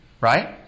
Right